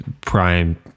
prime